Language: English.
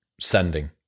sending